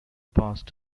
passed